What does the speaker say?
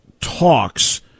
talks